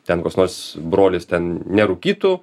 ten koks nors brolis ten nerūkytų